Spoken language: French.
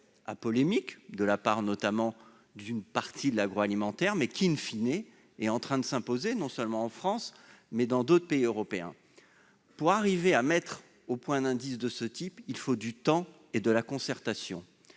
à polémiques de la part notamment d'une partie de l'industrie agroalimentaire, mais, en fin de compte, il est en voie de s'imposer, non seulement en France, mais aussi dans d'autres pays européens. Pour parvenir à mettre au point un indice de ce type, il faut du temps et de la concertation.